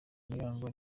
muyango